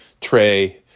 tray